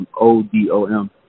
O-D-O-M